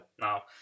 Now